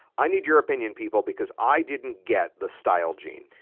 i need your opinion people because i didn't get the style gene.